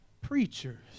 preachers